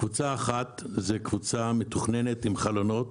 קבוצה אחת זאת קבוצה מתוכננת עם חלונות,